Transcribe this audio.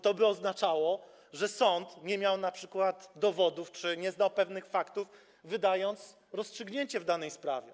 To by oznaczało, że sąd nie miał np. dowodów czy nie znał pewnych faktów, wydając rozstrzygnięcie w danej sprawie.